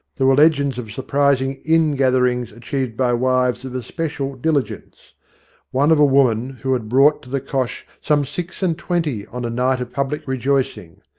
there were legends of surprising ingatherings achieved by wives of especial diligence one of a woman who had brought to the cosh some six-and-twenty on a night of public rejoicing.